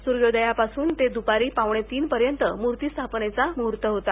सुर्योदयापासून ते दुपारी पाऊणेतीनपर्यंत मूर्ती स्थापनेचा मुहूर्त होता